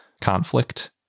conflict